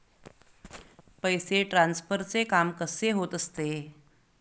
पैसे ट्रान्सफरचे काम कसे होत असते?